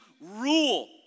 rule